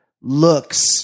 looks